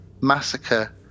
Massacre